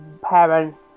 parents